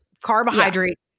carbohydrate